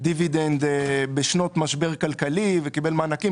דיבידנד בשנות משבר כלכלי וקיבל מענקים,